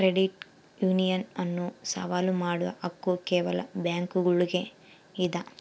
credit union ಅನ್ನು ಸವಾಲು ಮಾಡುವ ಹಕ್ಕು ಕೇವಲ ಬ್ಯಾಂಕುಗುಳ್ಗೆ ಇದ